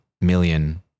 million